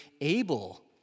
able